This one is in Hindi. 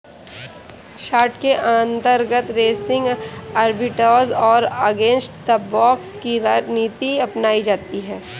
शार्ट के अंतर्गत रेसिंग आर्बिट्राज और अगेंस्ट द बॉक्स की रणनीति अपनाई जाती है